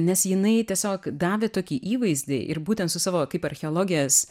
nes jinai tiesiog davė tokį įvaizdį ir būtent su savo kaip archeologės